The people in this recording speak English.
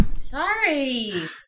Sorry